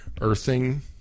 Earthing